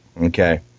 Okay